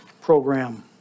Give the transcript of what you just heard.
program